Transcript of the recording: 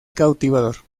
cautivador